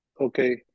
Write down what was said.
okay